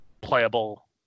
playable